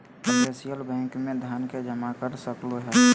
commercial bank में धन के जमा कर सकलु हें